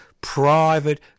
private